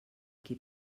qui